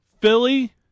Philly